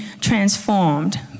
transformed